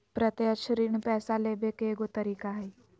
प्रत्यक्ष ऋण पैसा लेबे के एगो तरीका हइ